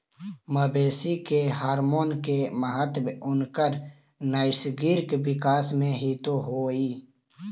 मवेशी के हॉरमोन के महत्त्व उनकर नैसर्गिक विकास में हीं तो हई